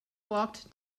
walked